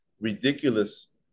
ridiculous